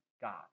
God